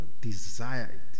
Desire